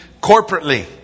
corporately